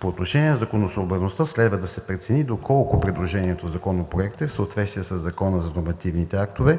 По отношение на законосъобразността следва да се прецени доколко предложеното в Законопроекта е в съответствие със Закона за нормативните актове,